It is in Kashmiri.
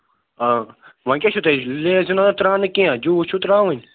آ وۅنۍ کیٛاہ چھُو تۄہہِ لیز چھَنہٕ ترٛاونہٕ کیٚنٛہہ جوٗس چھُو ترٛاوٕنۍ